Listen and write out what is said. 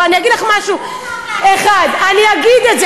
ואני אגיד לך משהו אחד, אסור לך להגיד את זה.